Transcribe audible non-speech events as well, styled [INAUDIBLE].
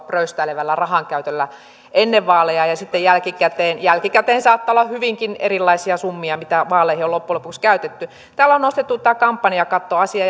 [UNINTELLIGIBLE] pröystäilevällä rahankäytöllä ennen vaaleja ja sitten jälkikäteen jälkikäteen saattaa olla hyvinkin erilaisia summia mitä vaaleihin on loppujen lopuksi käytetty täällä on nostettu esiin tämä kampanjakattoasia [UNINTELLIGIBLE]